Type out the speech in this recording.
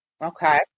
Okay